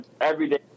Everyday